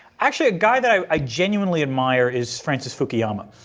actually a guy that i i genuinely admire is francis fukuyama